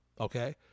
okay